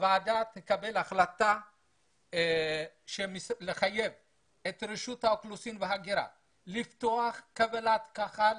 הוועדה תקבל החלטה לחייב את רשות האוכלוסין וההגירה לפתוח קבלת קהל,